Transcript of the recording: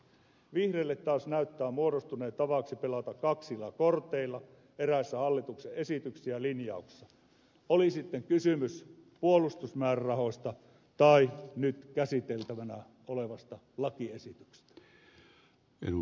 vihreille taas näyttää muodostuneen tavaksi pelata kaksilla korteilla eräissä hallituksen esityksissä ja linjauksissa oli sitten kysymys puolustusmäärärahoista tai nyt käsiteltävänä olevasta lakiesityksestä